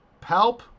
Palp